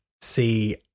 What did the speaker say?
see